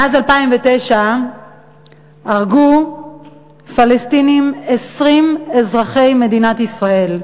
מאז 2009 הרגו פלסטינים 20 אזרחי מדינת ישראל.